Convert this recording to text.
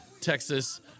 Texas